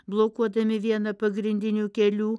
blokuodami vieną pagrindinių kelių